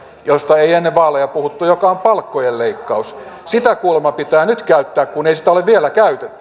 josta ei ennen vaaleja puhuttu joka on palkkojen leikkaus sitä kuulemma pitää nyt käyttää kun ei sitä ole vielä